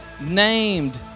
named